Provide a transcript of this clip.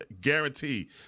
guarantee